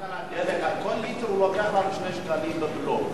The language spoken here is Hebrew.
רק על הדלק, על כל ליטר, משלמים לו בלו.